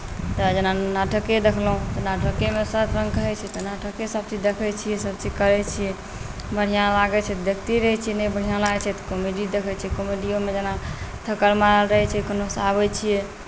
तऽ जेना नाटके देखलहुँ तऽ नाटकेमे सभकोइ कहैत छै तऽ नाटके सभचीज देखैत छियै सभचीज करैत छियै बढ़िआँ लागैत छै तऽ देखिते रहैत छै नहि बढ़िआँ लागैत छै तऽ कॉमेडी देखैत छियै कॉमेडिओमे जेना थाकल मारल रहै छियै केम्हरोसँ आबैत छियै